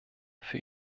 für